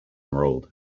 enrolled